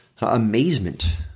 amazement